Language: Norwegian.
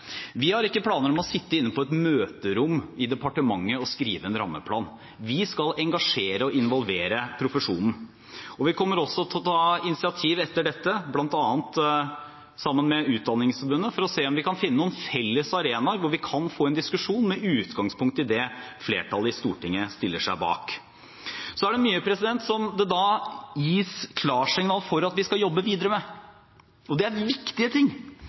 Vi har ikke planer om å sitte inne på et møterom i departementet og skrive en rammeplan. Vi skal engasjere og involvere profesjonen. Vi kommer også til å ta initiativ etter dette, bl.a. sammen med Utdanningsforbundet, for å se om vi kan finne noen felles arenaer hvor vi kan få en diskusjon med utgangspunkt i det flertallet i Stortinget stiller seg bak. Så er det mye som det gis klarsignal for at vi skal jobbe videre med. Og det er viktige ting.